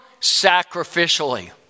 Sacrificially